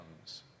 comes